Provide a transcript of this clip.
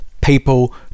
people